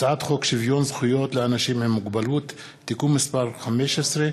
הצעת חוק שוויון זכויות לאנשים עם מוגבלות (תיקון מס' 15),